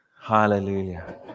Hallelujah